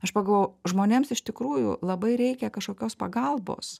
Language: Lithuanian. aš pagalvojau žmonėms iš tikrųjų labai reikia kažkokios pagalbos